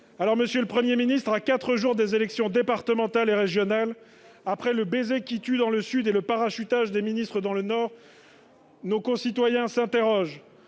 Monsieur le Premier ministre, à quatre jours des élections départementales et régionales, après le baiser qui tue dans le Sud et le parachutage des ministres dans le Nord, nos concitoyens s'interrogent